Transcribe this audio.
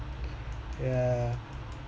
yeah